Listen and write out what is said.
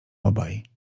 obaj